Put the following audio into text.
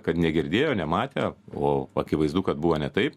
kad negirdėjo nematė o akivaizdu kad buvo ne taip